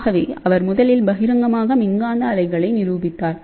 ஆகவே அவர் முதலில் பகிரங்கமாக மின்காந்த அலைகளை நிரூபித்தார்